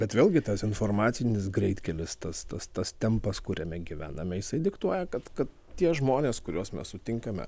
bet vėlgi tas informacinis greitkelis tas tas tas tempas kuriame gyvename jisai diktuoja kad kad tie žmonės kuriuos mes sutinkame